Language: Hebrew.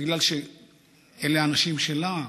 בגלל שאלה אנשים שלה.